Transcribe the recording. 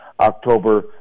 October